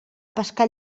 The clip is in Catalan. pescar